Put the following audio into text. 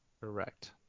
correct